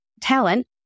Talent